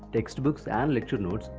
textbooks and lecture notes,